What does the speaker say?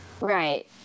right